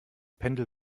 pendel